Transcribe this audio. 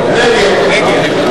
נגד.